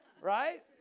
Right